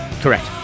Correct